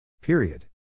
Period